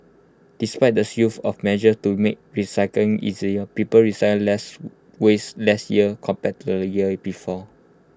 despite the slew of measures to make recycling easier people recycled less waste last year compared to the year before